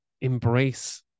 embrace